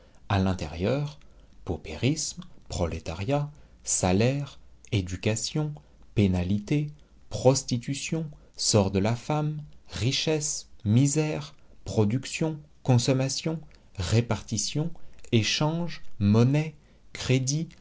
à l'intérieur paupérisme prolétariat salaire éducation pénalité prostitution sort de la femme richesse misère production consommation répartition échange monnaie crédit